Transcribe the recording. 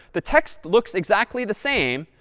the text looks exactly the same,